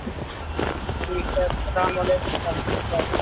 ٹھیک ہے اسلام علیکم و رحمت اللہ